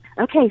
Okay